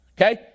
okay